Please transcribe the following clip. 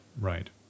Right